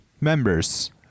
members